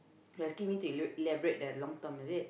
you asking me to elab~ elaborate the long term is it